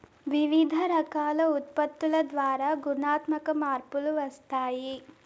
వివిధ రకాల ఉత్పత్తుల ద్వారా గుణాత్మక మార్పులు వస్తాయి